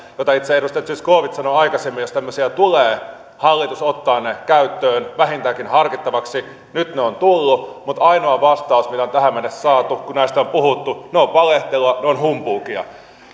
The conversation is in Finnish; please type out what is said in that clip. joista itse edustaja zyskowicz sanoi aikaisemmin että jos tämmöisiä tulee hallitus ottaa ne käyttöön vähintäänkin harkittavaksi nyt ne ovat tulleet mutta ainoa vastaus mitä on tähän mennessä saatu kun näistä on puhuttu on että ne ovat valehtelua ne ovat humpuukia